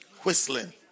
Whistling